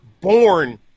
born